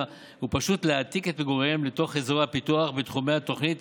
הוא פשוט להעתיק את מגוריהם לתוך אזורי הפיתוח בתחומי התוכנית